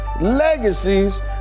legacies